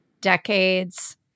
decades